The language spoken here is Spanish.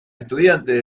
estudiantes